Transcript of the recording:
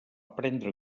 prendre